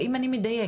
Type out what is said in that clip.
האם אני מדייקת?